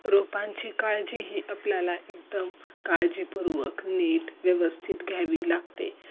रोपांची काळजी ही आपल्याला एकदम काळजीपूर्वक नीट व्यवस्थित घ्यावी लागते